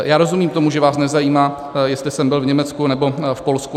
Já rozumím tomu, že vás nezajímá, jestli jsem byl v Německu nebo v Polsku.